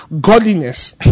godliness